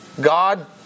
God